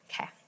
Okay